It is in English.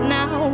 now